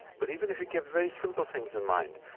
but even if it gives very simple things in mind,